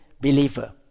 believer